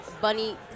bunny